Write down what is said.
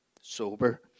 sober